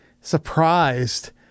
surprised